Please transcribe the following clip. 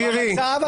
שירי,